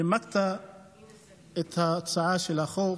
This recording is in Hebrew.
לימדת את הצעת החוק,